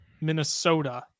Minnesota